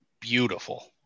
beautiful